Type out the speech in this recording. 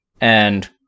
and-